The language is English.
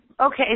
okay